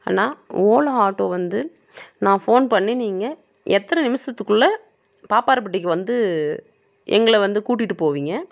அண்ணா Ola auto வந்து நான் phone பண்ணி நீங்கள் எத்தனை நிமிஷத்துக்குள்ள பாப்பாரபட்டிக்கு வந்து எங்களை வந்து கூட்டிகிட்டு போவீங்க